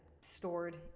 stored